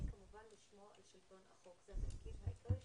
ומייעצים כמובן לשמור על שלטון החוק זה התפקיד העיקרי שלנו.